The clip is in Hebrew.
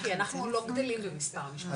כי אנחנו לא גדלים במספר המשפחתונים.